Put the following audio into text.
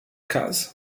casa